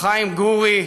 חיים גורי,